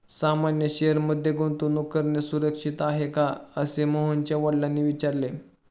सामान्य शेअर मध्ये गुंतवणूक करणे सुरक्षित आहे का, असे मोहनच्या वडिलांनी विचारले